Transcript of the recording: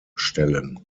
stellen